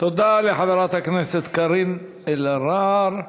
תודה לחברת הכנסת קארין אלהרר.